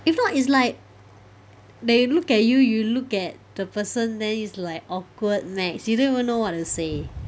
if not it's like they look at you you look at the person then it's like awkward max you don't even know what to say